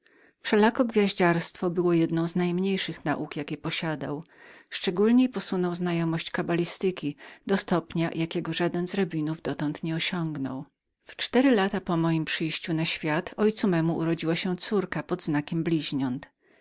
wszelako gwiazdarstwo było jedną z najmniejszych nauk jakie posiadał szczególniej posunął znajomość kabalistyki do stopnia jakiego żaden z rabinów dotąd nie dosiągł we cztery lata po mojem przyjściu na świat mój ojciec miał córkę która narodziła się pod znakiem bliźniąt